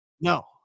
No